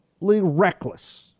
reckless